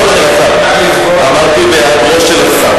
אמרתי בהיעדרו של השר.